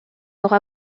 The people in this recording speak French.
aura